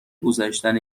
گذشتن